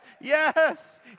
yes